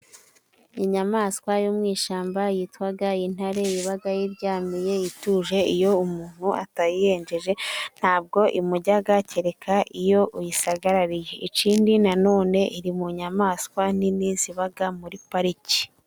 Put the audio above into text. Inyamaswa yo mu ishyamba yitwa intare, iba yiryamiye, ituje, iyo umuntu atayiyenje ntabwo imurya, kereka iyo uyisagarariye. Ikindi nanone iri mu nyamaswa nini ziba muri pariki.